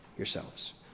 yourselves